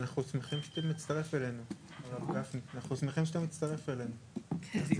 לפי החוק כתוב: וכן יכול שישמשו למתן סיוע ליצרנים של